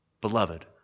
beloved